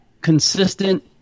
consistent